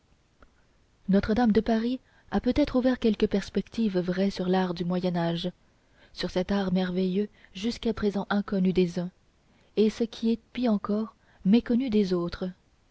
notre-dame de paris a peut-être ouvert quelques perspectives vraies sur l'art du moyen âge sur cet art merveilleux jusqu'à présent inconnu des uns et ce qui est pis encore méconnu des autres